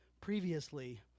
previously